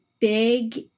big